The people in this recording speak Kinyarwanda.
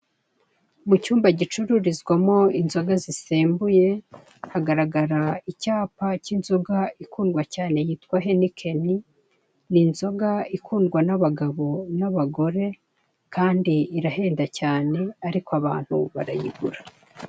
Mucyumba gicururizwamo inzoga zisembuye hagaragara icyapa cya inzoga ikundwa yitwa henikeni n'inzoga ikundwa n'abagabo n'abagore Kandi irahenda cyane ariko abantu barayigura.